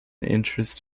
interest